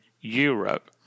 Europe